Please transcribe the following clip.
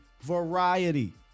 variety